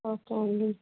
okay అండి